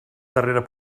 darrera